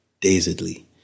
dazedly